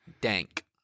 Dank